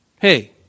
Hey